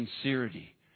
sincerity